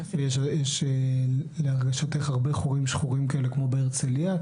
יש להרגשתך הרבה חורים שחורים כאלה כמו בהרצליה?